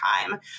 time